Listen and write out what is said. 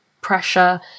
pressure